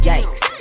Yikes